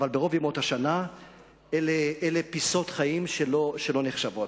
אבל ברוב ימות השנה אלה פיסות חיים שלא נחשבות.